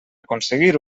aconseguir